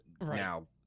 now